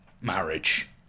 marriage